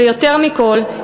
ויותר מכול,